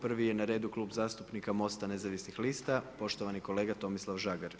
Prvi je na redu Klub zastupnika Most-a nezavisnih lista poštovani kolega Tomislav Žagar.